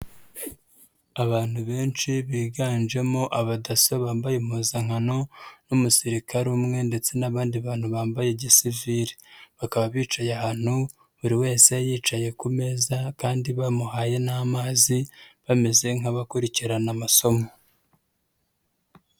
Abantu benshi biganjemo abadaso bambaye impuzankano n'umusirikare umwe ndetse n'abandi bantu bambaye gisiviri bakaba bicaye ahantu buri wese yicaye ku meza kandi bamuhaye n'amazi bameze nk'abakurikirana amasomo.